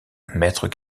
mètres